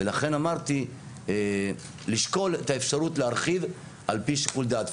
לכן אמרתי לשקול את האפשרות להרחיב על פי שיקול דעת.